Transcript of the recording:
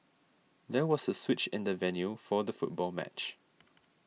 there was a switch in the venue for the football match